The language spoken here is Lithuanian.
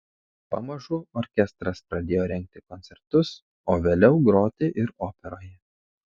pamažu orkestras pradėjo rengti koncertus o vėliau groti ir operoje